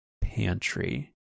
pantry